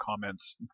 comments